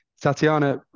Tatiana